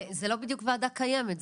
-- זאת לא בדיוק ועדה קיימת,